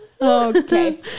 Okay